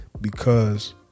because-